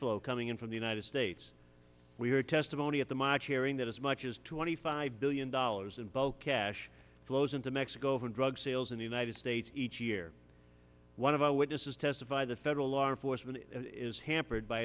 flow coming in from the united states we are testimony at the march hearing that as much as twenty five billion dollars in bulk cash flows into mexico from drug sales in the united states each year one of our witnesses testified the federal law enforcement is hampered by